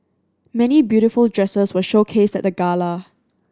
many beautiful dresses were showcased at the gala